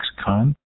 XCon